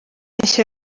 nshya